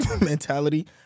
mentality